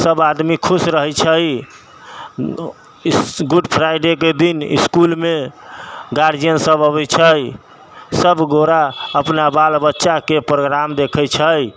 सब आदमी खुश रहै छै गुड फ्राइडे के दिन इसकुलमे गार्जियन सब अबै छै सब गोरा अपना बाल बच्चाके प्रोग्राम देखै छै